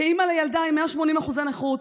כאימא לילדה עם 180% נכות,